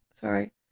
Sorry